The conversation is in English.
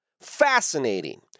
Fascinating